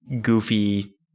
goofy